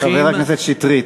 חבר הכנסת שטרית,